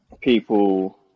people